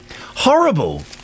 Horrible